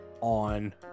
on